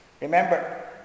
Remember